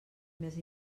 més